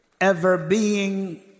ever-being